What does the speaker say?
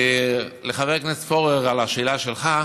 לחבר הכנסת פורר, לשאלה שלך,